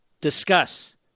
discuss